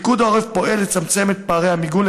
פיקוד העורף פועל לצמצם את פערי המיגון